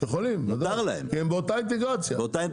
יכולים וודאי כי הם באותה אינטגרציה.